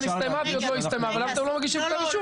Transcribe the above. הסתיימה והיא עוד לא הסתיימה ולמה אתם לא מגישים כתב אישום?